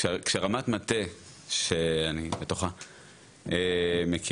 כשרמת מטה שאני בתוכה מכירה,